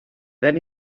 then